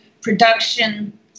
production